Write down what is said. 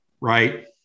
right